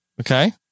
Okay